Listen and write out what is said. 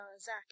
Zach